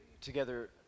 together